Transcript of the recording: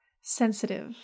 sensitive